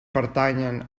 pertanyen